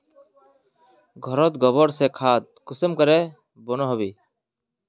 घोरोत गबर से खाद कुंसम के बनो होबे?